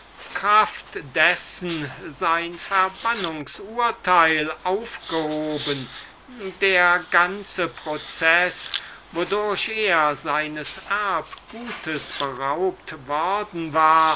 kraft dessen nicht nur sein verbannungs urteil aufgehoben sondern auch der ganze prozeß wodurch er ehmals seines väterlichen erbguts beraubt worden war